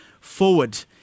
forward